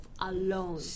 alone